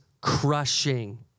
crushing